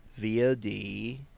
VOD